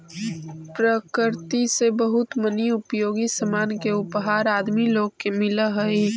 प्रकृति से बहुत मनी उपयोगी सामान के उपहार आदमी लोग के मिलऽ हई